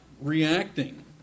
reacting